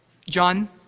John